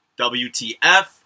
WTF